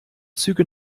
züge